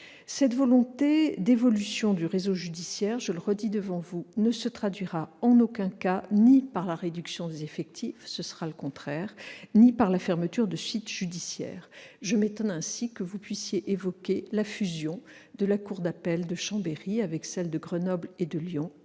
Cette volonté d'évolution du réseau judiciaire, je le répète, ne se traduira en aucun cas par la réduction des effectifs- ce sera même le contraire -ni par la fermeture de sites judiciaires. Je m'étonne ainsi que vous puissiez évoquer la fusion de la cour d'appel de Chambéry avec celles de Grenoble et de Lyon